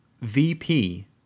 VP